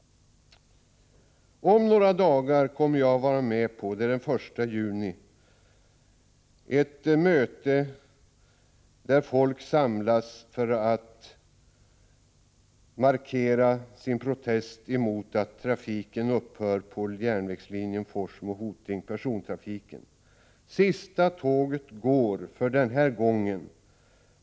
Om några dagar — den 1 juni — kommer jag att vara med på ett möte där folk samlas för att markera sin protest mot att persontrafiken upphör på järnvägslinjen Forsmo-Hoting. Sista tåget går — för den här gången.